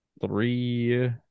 three